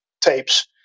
tapes